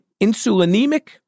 insulinemic